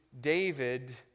David